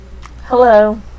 Hello